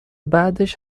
بعدش